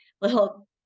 little